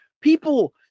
people